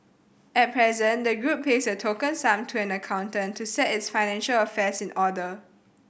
at present the group pays a token sum to an accountant to set its financial affairs in order